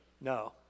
No